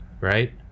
Right